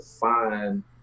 find